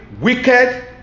wicked